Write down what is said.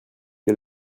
que